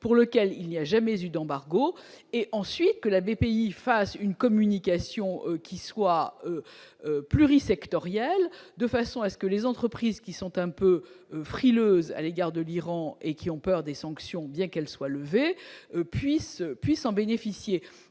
pour lequel il n'y a jamais eu d'embargo et ensuite que la BPI fasse une communication qui soit pluri- sectorielles de façon à ce que les entreprises qui sont un peu frileuses à l'égard de l'Iran et qui ont peur des sanctions, bien qu'elle soit levées puisse puisse en bénéficier